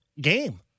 game